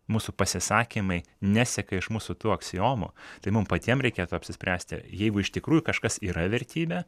mūsų pasisakymai neseka iš mūsų tų aksiomų tai mum patiem reikėtų apsispręsti jeigu iš tikrųjų kažkas yra vertybė